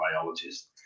biologist